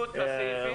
שלום לכולם,